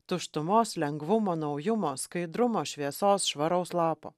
tuštumos lengvumo naujumo skaidrumo šviesos švaraus lapo